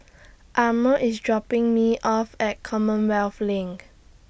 Arno IS dropping Me off At Commonwealth LINK